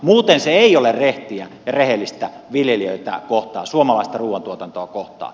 muuten se ei ole rehtiä ja rehellistä viljelijöitä kohtaan suomalaista ruuantuotantoa kohtaan